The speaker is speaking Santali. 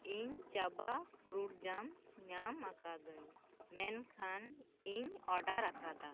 ᱤᱧ ᱪᱟᱵᱟ ᱯᱷᱨᱩᱴ ᱡᱟᱢ ᱧᱟᱢ ᱟᱠᱟᱫᱟᱹᱧ ᱢᱮᱱᱠᱷᱟᱱ ᱤᱧ ᱚᱰᱟᱨ ᱟᱠᱟᱫᱟ